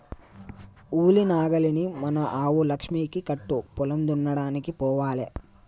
ఉలి నాగలిని మన ఆవు లక్ష్మికి కట్టు పొలం దున్నడానికి పోవాలే